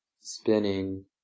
spinning